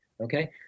okay